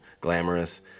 glamorous